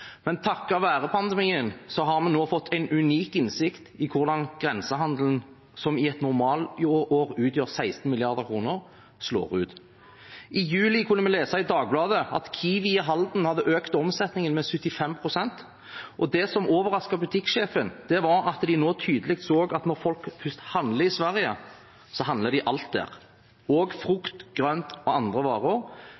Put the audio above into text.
men takket være pandemien har vi nå fått en unik innsikt i hvordan grensehandelen – som i et normalår utgjør 16 mrd. kr – slår ut. I juli kunne vi lese i Dagbladet at Kiwi i Halden hadde økt omsetningen med 75 pst. Det som overrasket butikksjefen, var at de nå tydelig så at når folk først handler i Sverige, handler de alt der, også frukt, grønt og